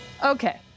Okay